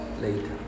later